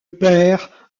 père